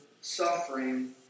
suffering